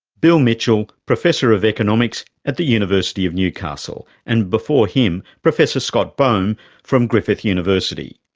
bill mitchell, professor of economics at the university of newcastle. and before him, professor scott baum from griffith university.